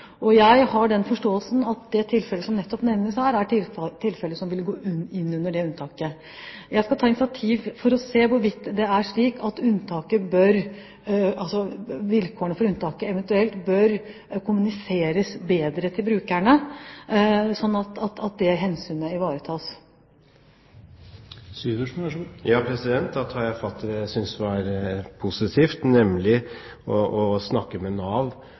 Jeg har den forståelsen at det tilfellet som nettopp nevnes her, er tilfellet som ville gå innunder det unntaket. Jeg skal ta initiativ for å se hvorvidt det er slik at vilkårene for unntaket eventuelt bør kommuniseres bedre til brukerne, slik at det hensynet ivaretas. Da tar jeg fatt i det jeg synes var positivt, nemlig å snakke med Nav